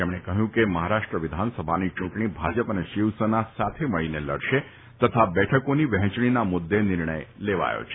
તેમણે કહ્યું કે મહારાષ્ટ્ર વિધાનસભાની ચૂંટણી ભાજપ અને શિવસેના સાથે મળીને લડશે તથા બેઠકોની વહેંચણીના મુદ્દે નિર્ણય લેવાયો છે